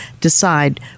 decide